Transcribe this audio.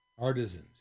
artisans